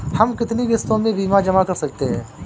हम कितनी किश्तों में बीमा जमा कर सकते हैं?